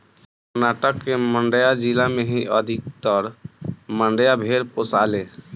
कर्नाटक के मांड्या जिला में ही अधिकतर मंड्या भेड़ पोसाले